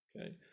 Okay